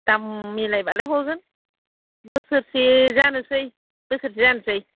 दाम मिलायबालाय हरगोन बोसोरसे जानोसै बोसोरसे जानोसै